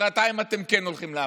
מוחרתיים אתם כן הולכים לעבודה.